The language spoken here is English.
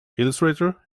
illustrator